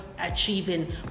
achieving